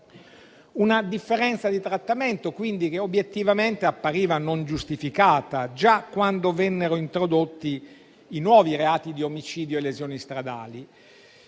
una differenza di trattamento che obiettivamente appariva non giustificata, già quando vennero introdotti i nuovi reati di omicidio e lesioni stradali.